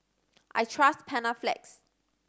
I trust Panaflex